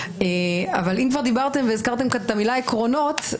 אבל אם הזכרתם את המילה עקרונות,